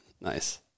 Nice